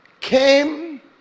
came